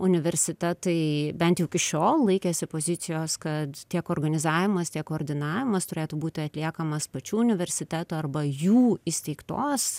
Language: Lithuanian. universitetai bent jau iki šiol laikėsi pozicijos kad tiek organizavimas koordinavimas turėtų būti atliekamas pačių universitetų arba jų įsteigtos